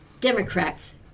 Democrats